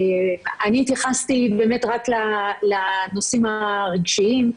אני התייחסתי באמת רק לנושאים הרגשיים,